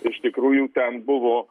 iš tikrųjų ten buvo